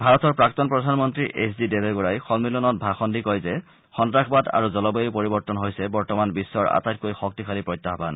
ভাৰতৰ প্ৰাক্তন প্ৰধানমন্ত্ৰী এইছ ডি দেৱেগৌড়াই সমিলনত ভাষণ দি কয় যে সন্ত্ৰাসবাদ আৰু জলবায়ু পৰিৱৰ্তন হৈছে বৰ্তমান বিশ্বৰ আটাইতকৈ শক্তিশালী প্ৰত্যাহান